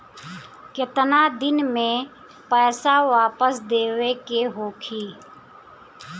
केतना दिन में पैसा वापस देवे के होखी?